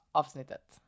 avsnittet